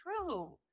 true